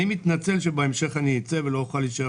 אני מתנצל שבהמשך אני אצא ולא אוכל להישאר